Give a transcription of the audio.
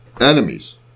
enemies